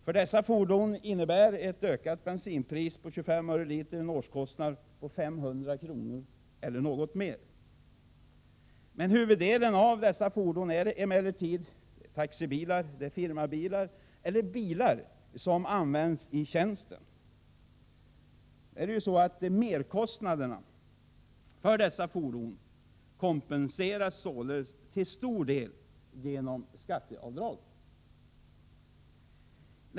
För dessa fordon innebär en höjning av bensinpriset med 25 öre per liter en årskostnad på 500 kr. eller något mer. Huvuddelen av dessa fordon är emellertid taxibilar, firmabilar och bilar som används i tjänsten. Merkostnaderna för dessa fordon kompenseras således till stor del genom skatteavdrag.